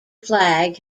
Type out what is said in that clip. flag